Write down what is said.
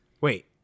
Wait